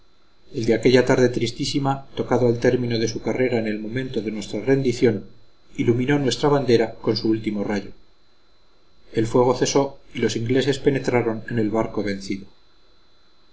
el de aquella tarde tristísima tocando al término de su carrera en el momento de nuestra rendición iluminó nuestra bandera con su último rayo el fuego cesó y los ingleses penetraron en el barco vencido